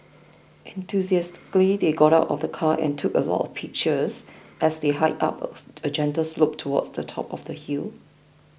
enthusiastically they got out of the car and took a lot of pictures as they hiked up a gentle slope towards the top of the hill